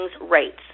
rates